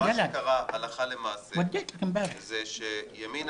מה שקרה הלכה למעשה זה שימינה